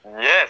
Yes